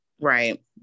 right